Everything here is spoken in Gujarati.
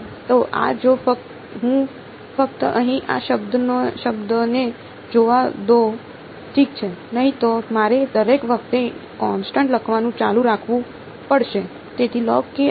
તો આ જો હું ફક્ત અહીં આ શબ્દને જોવા દો ઠીક છે નહીં તો મારે દરેક વખતે કોન્સટન્ટ લખવાનું ચાલુ રાખવું પડશે